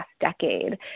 decade